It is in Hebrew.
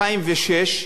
ב-2006,